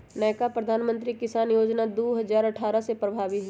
नयका प्रधानमंत्री किसान जोजना दू हजार अट्ठारह से प्रभाबी हइ